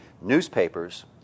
newspapers